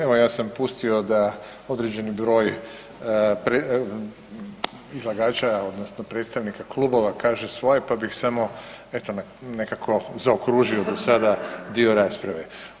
Evo, ja sam pustio da određeni broj izlagača, odnosno predstavnika klubova kaže svoje, pa bih samo eto, nekako, zaokružio do sada dio rasprave.